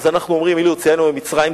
אנחנו אומרים: "אילו הוציאנו ממצרים,